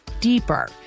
deeper